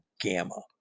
gamma